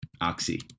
oxy